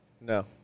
No